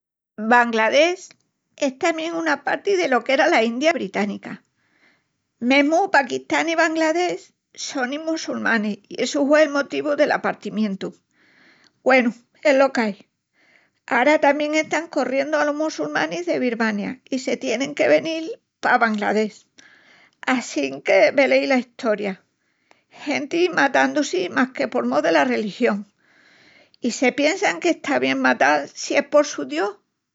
Bangladesh es tamién una parti delo qu'era la india británica. Mesmu Pakistán i Bangladesh sonin mossulmanas i essi hue'l motivu del partimientu. Güenu, es lo qu'ai. Ara tamién están corriendu alos mossulmanis de Birmania i se tienin que venil pa Bangladesh. Assinque velaí la Estoria. Genti matandu-si más que por mó dela religión. I se piensan qu'está bien matal si es pol su Dios.